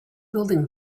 building